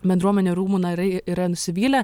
bendruomenių rūmų nariai yra nusivylę